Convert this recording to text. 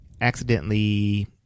accidentally